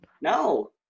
No